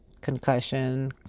concussion